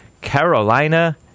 Carolina